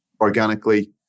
organically